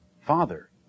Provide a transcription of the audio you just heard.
Father